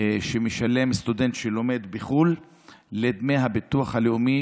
שמשלם סטודנט שלומד בחו"ל לדמי הביטוח הלאומי